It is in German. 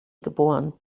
geboren